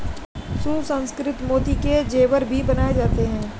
सुसंस्कृत मोती के जेवर भी बनाए जाते हैं